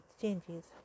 changes